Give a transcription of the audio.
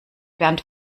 bernd